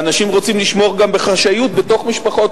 ואנשים רוצים לשמור גם על חשאיות בתוך משפחות.